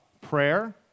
Prayer